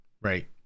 right